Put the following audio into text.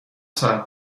ساعت